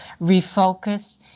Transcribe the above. refocus